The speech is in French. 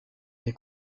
des